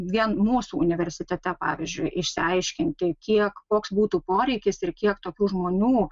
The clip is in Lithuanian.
vien mūsų universitete pavyzdžiui išsiaiškinti kiek koks būtų poreikis ir kiek tokių žmonių